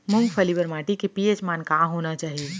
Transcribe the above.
मूंगफली बर माटी के पी.एच मान का होना चाही?